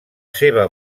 seva